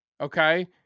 Okay